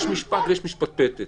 יש משפט ויש משפטפטת.